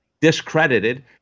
discredited